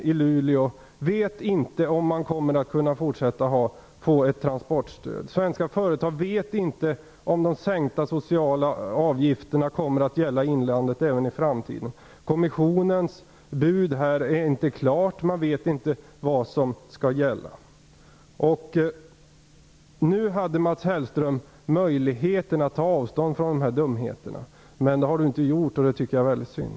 Luleå, vet inte om man kommer att fortsätta få transportstöd. Svenska företag vet inte om de sänkta sociala avgifterna även i framtiden kommer att gälla inlandet. Kommissionens bud är inte klart; man vet inte vad som skall komma gälla. Mats Hellström hade möjlighet att nu ta avstånd ifrån dessa dumheter, men det gjorde han inte - det var synd.